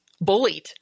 bullied